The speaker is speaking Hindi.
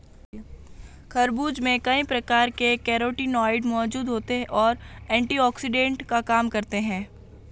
खरबूज में कई प्रकार के कैरोटीनॉयड मौजूद होते और एंटीऑक्सिडेंट का काम करते हैं